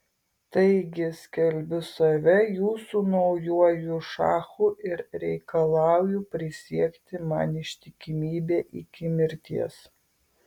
taigi skelbiu save jūsų naujuoju šachu ir reikalauju prisiekti man ištikimybę iki mirties